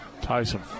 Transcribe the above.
Tyson